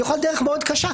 יכולה להיות דרך מאוד קשה.